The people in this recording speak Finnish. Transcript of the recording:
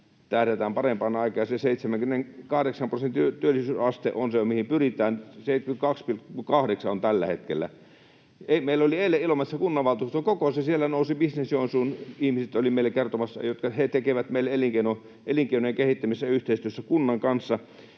tähdätään parempaan aikaan, ja se 78 prosentin työllisyysaste on se, mihin pyritään. 72,8 on tällä hetkellä. Meillä oli eilen Ilomantsissa kunnanvaltuuston kokous, jossa Business Joensuun ihmiset olivat meille kertomassa — he tekevät meille elinkeinojen kehittämistä yhteistyössä kunnan kanssa